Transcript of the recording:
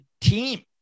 team